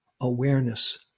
awareness